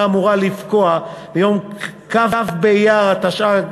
אמורה לפקוע ביום כ' באייר התשע"ג,